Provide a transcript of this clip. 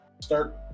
start